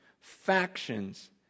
factions